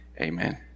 Amen